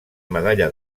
medalla